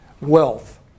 wealth